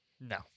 No